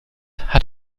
hat